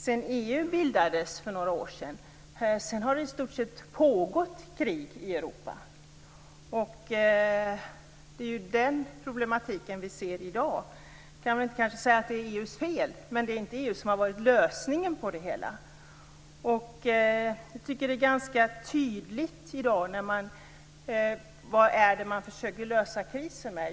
Sedan EU bildades för några år sedan har det i stort sett pågått krig i Europa, och det är den problematiken som vi ser i dag. Man kanske inte kan säga att det är EU:s fel, men det är inte EU som har varit lösningen på det hela. Vad är det som man försöker att lösa krisen med?